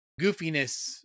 goofiness